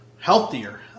healthier